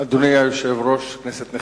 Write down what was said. אדוני היושב-ראש, כנסת נכבדה,